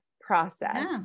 process